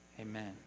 amen